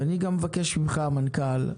ואני גם מבקש ממך, המנכ"ל,